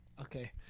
Okay